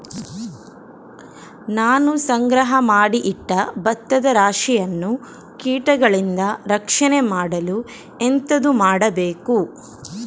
ನಾನು ಸಂಗ್ರಹ ಮಾಡಿ ಇಟ್ಟ ಭತ್ತದ ರಾಶಿಯನ್ನು ಕೀಟಗಳಿಂದ ರಕ್ಷಣೆ ಮಾಡಲು ಎಂತದು ಮಾಡಬೇಕು?